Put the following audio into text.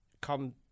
come